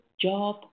job